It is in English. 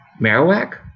Marowak